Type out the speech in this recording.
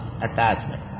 attachment